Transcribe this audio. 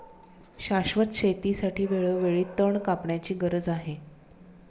शाश्वत शेतीसाठी वेळोवेळी तण कापण्याची गरज आहे